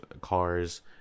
cars